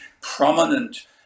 prominent